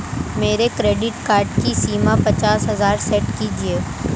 मेरे credit card की सीमा पचास हजार सेट कीजिए